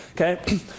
Okay